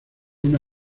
una